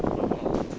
不懂 how